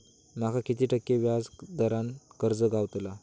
माका किती टक्के व्याज दरान कर्ज गावतला?